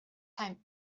time